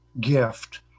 gift